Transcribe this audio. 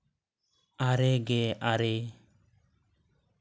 ᱟᱨᱮ ᱜᱮ ᱟᱨᱮ